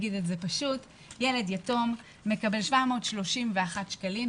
ילד יתום מקבל 731 שקלים.